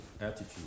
attitude